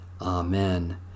Amen